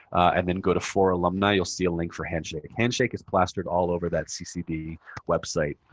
and then go to for alumni, you'll see a link for handshake. handshake is plastered all over that ccd website.